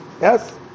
Yes